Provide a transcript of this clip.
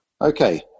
okay